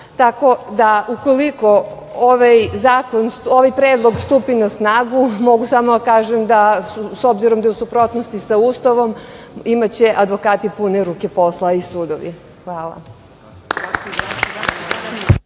Tako da ukoliko ovaj predlog stupi na snagu, mogu samo da kažem s obzirom da je u suprotnosti sa Ustavom, imaće advokati pune ruke posla, a i sudovi. Hvala